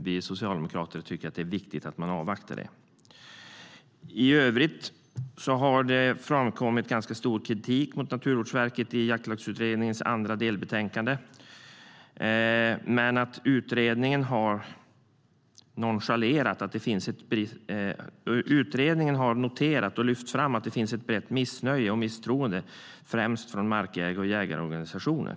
Vi socialdemokrater tycker att det är viktigt att avvakta rapporten. Det har i Jaktlagsutredningens andra delbetänkande framkommit ganska mycket kritik mot Naturvårdsverket. Utredningen har noterat och lyft fram att det finns ett brett missnöje och misstroende främst hos markägar och jägarorganisationer.